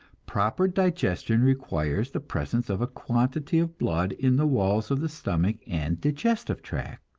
proper digestion requires the presence of a quantity of blood in the walls of the stomach and digestive tract.